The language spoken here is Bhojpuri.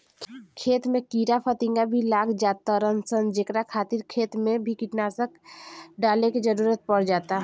खेत में कीड़ा फतिंगा भी लाग जातार सन जेकरा खातिर खेत मे भी कीटनाशक डाले के जरुरत पड़ जाता